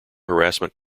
harassment